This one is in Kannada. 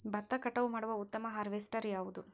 ಭತ್ತ ಕಟಾವು ಮಾಡುವ ಉತ್ತಮ ಹಾರ್ವೇಸ್ಟರ್ ಯಾವುದು?